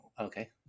Okay